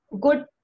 good